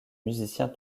musiciens